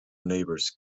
neighbors